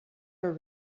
are